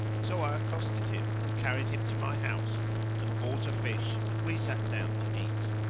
so i accosted him and carried him to my house and bought a fish, and we sat down to eat.